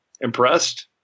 impressed